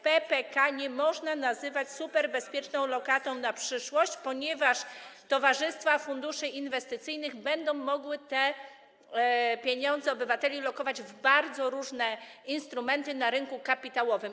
PPK nie można nazywać superbezpieczną lokatą na przyszłość, ponieważ towarzystwa funduszy inwestycyjnych będą mogły te pieniądze obywateli lokować w bardzo różnych instrumentach na rynku kapitałowym.